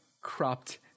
cropped